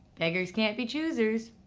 beggars can't be choosers.